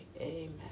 amen